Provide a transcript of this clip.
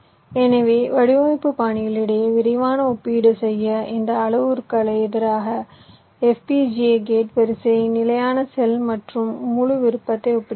எனவே வடிவமைப்பு பாணிகளிடையே விரைவான ஒப்பீடு செய்ய இந்த அளவுருக்களுக்கு எதிராக FPGA கேட் வரிசை நிலையான செல் மற்றும் முழு விருப்பத்தை ஒப்பிடுகிறோம்